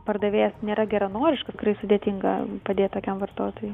pardavėjas nėra geranoriškas tikrai sudėtinga padėt tokiam vartotojui